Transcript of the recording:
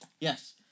Yes